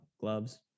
gloves